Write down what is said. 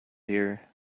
here